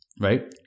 right